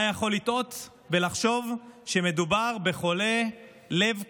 היה יכול לטעות ולחשוב שמדובר בחולה לב קשה.